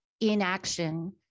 inaction